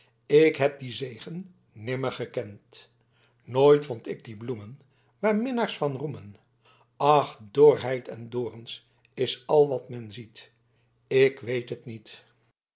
ik heb dien zegen nimmer gekend nooit vond ik die bloemen waar minnaars van roemen ach dorheid en dorens is al wat men ziet ik weet het niet